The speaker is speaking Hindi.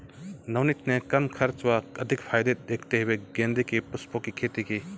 नवनीत ने कम खर्च व अधिक फायदे देखते हुए गेंदे के पुष्पों की खेती की